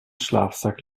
schlafsack